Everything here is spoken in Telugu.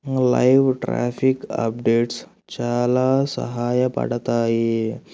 లైవ్ ట్రాఫిక్ అప్డేట్స్ చాలా సహాయపడతాయి